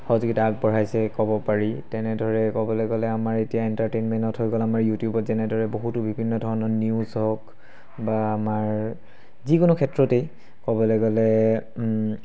সহযোগিতা আগবঢ়াইছে ক'ব পাৰি তেনেদৰে ক'বলৈ গ'লে আমাৰ এতিয়া এণ্টাৰটেইনমেণত হৈ গ'ল আমাৰ ইউটিউবত যেনেদৰে বহুতো বিভিন্ন ধৰণৰ নিউজ হওক বা আমাৰ যিকোনো ক্ষেত্ৰতেই ক'বলৈ গ'লে